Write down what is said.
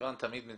זה